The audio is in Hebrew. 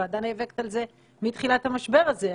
הוועדה נאבקת על זה מתחילת המשבר הזה,